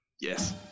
Yes